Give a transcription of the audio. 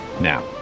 now